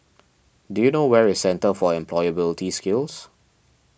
do you know where is Centre for Employability Skills